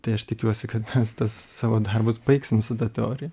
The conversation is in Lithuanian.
tai aš tikiuosi kad mes tuos savo darbus baigsim su ta teorija